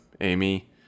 Amy